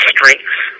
strengths